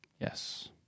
Yes